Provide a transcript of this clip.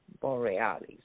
Borealis